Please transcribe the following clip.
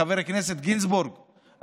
חבר הכנסת גינזבורג,